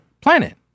planet